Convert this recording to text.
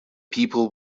people